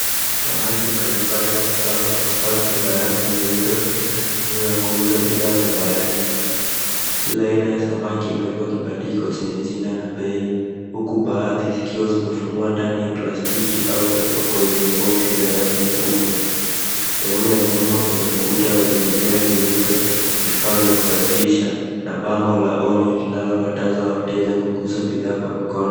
Samaki mbali mbali yamepangwa kwa safu ya barafu nyeupe katika sehemu ya kuuza bidhaa za baharini. Kila aina ya samaki imeekwa kibandiko chenye jina na bei, huku baadhi zikiwa zimefungwa ndani ya plastiki au kuekwa kwenye viboksi vya rangi nyeupe. Sehemu ya nyuma kuna ukuta wenye vigae vyeupe, vifaa vya kusafisha, na bango la onyo linalokataza wateja kuguza bidhaa kwa mikono.